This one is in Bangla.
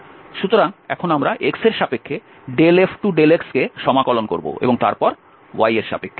সুতরাং এখন আমরা x এর সাপেক্ষে F2∂x কে সমাকলন করব এবং তারপর y এর সাপেক্ষে